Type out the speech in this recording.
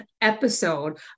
episode